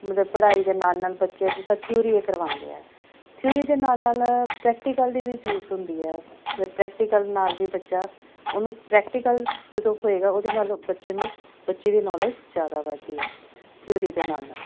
ਮਤਲਬ ਪੜ੍ਹਾਈ ਦੇ ਨਾਲ ਨਾਲ ਬੱਚੇ ਜਿਸ ਤਰ੍ਹਾਂ ਥਿਊਰੀ ਹੈ ਕਰਵਾਉਂਦੇ ਹੈ ਥਿਊਰੀ ਦੇ ਨਾਲ ਨਾਲ ਪ੍ਰੈਕਟੀਕਲ ਦੀ ਵੀ ਜ਼ਰੂਰਤ ਹੁੰਦੀ ਹੈ ਮਤਲਬ ਪ੍ਰੈਕਟੀਕਲ ਨਾਲ ਵੀ ਬੱਚਾ ਉਹਨੂੰ ਪ੍ਰੈਕਟੀਕਲ ਜਦੋਂ ਹੋਏਗਾ ਉਹਦੇ ਨਾਲ ਉਹ ਬੱਚੇ ਨੂੰ ਬੱਚੇ ਦੀ ਨੌਲੇਜ ਜ਼ਿਆਦਾ ਵੱਧਦੀ ਆ ਥਿਊਰੀ ਦੇ ਨਾਲ ਨਾਲ